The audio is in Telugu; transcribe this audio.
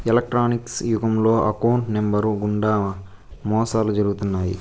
ఎలక్ట్రానిక్స్ యుగంలో అకౌంట్ నెంబర్లు గుండా మోసాలు జరుగుతున్నాయి